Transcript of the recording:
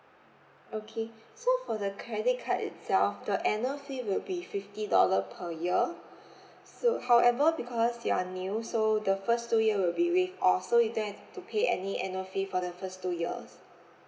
okay so for the credit card itself the annual fee will be fifty dollar per year so however because you are new so the first two year will be waived off so you don't have to pay any annual fee for the first two years